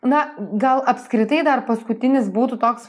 na gal apskritai dar paskutinis būtų toks